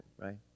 right